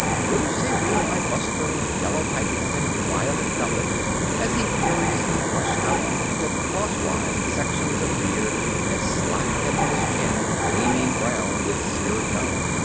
bruce a real eye-buster in yellow tights and violet doublet as he furiously bushed out and clipped crosswise sections of beard and slapped them on his chin gleaming brown with spirit gum.